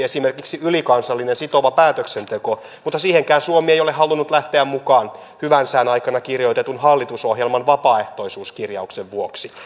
esimerkiksi ylikansallinen sitova päätöksenteko mutta siihenkään suomi ei ole halunnut lähteä mukaan hyvän sään aikana kirjoitetun hallitusohjelman vapaaehtoisuuskirjauksen vuoksi